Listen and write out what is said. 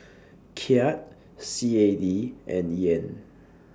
Kyat C A D and Yen